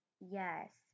Yes